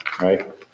Right